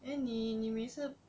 then 你你每次